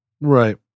Right